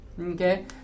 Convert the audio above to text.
Okay